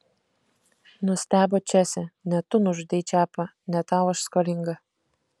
nustebo česė ne tu nužudei čepą ne tau aš skolinga